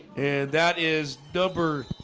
that is dubber